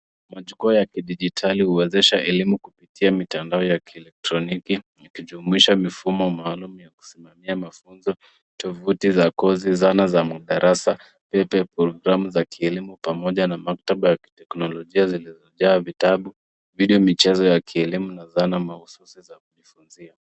Majukwaa ya kidijitali huwezesha elimu kupitia mitandao ya kielektroniki ikijumuisha mifumo maalum ya kusimamia mafunzo tovuti za kozi, zana za madarasa, pete, programu za kielimu pamoja na maktaba ya kiteknolojia zilizojaa vitabu, vile michezo ya kielimu na dhana mahususi za kujifunzia.